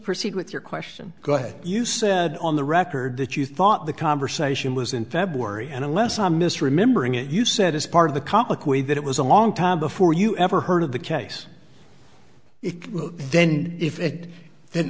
proceed with your question go ahead you said on the record that you thought the conversation was in february and unless i'm misremembering it you said as part of the comic way that it was a long time before you ever heard of the case it then if it did